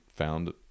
Found